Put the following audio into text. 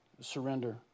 surrender